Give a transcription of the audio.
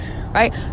right